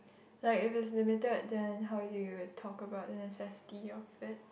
like if is limited then how do you talk about the necessity of it